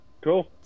Cool